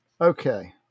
Okay